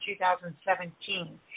2017